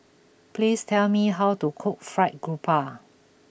please tell me how to cook Fried Garoupa